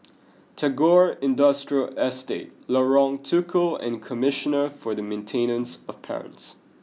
Tagore Industrial Estate Lorong Tukol and Commissioner for the Maintenance of Parents